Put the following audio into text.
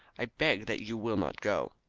i beg that you will not go.